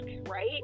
right